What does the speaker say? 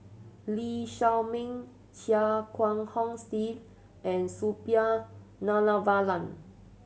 Lee Shao Meng Chia Kiah Hong Steve and Suppiah Dhanabalan